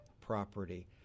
property